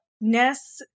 Ness